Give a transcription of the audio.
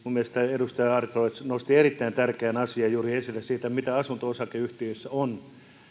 edustaja adlercreutz nosti juuri esille erittäin tärkeän asian siitä mitä erityisiä vaikeuksia asunto osakeyhtiöissä on